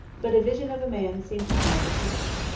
but a vision of a man seemed to haunt the kitchen.